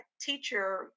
teacher